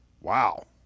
Wow